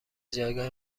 جایگاه